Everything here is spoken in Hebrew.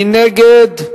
מי נגד?